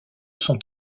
sont